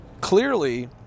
clearly